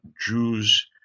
Jews